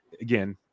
again